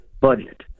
budget